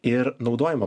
ir naudojama